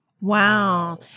Wow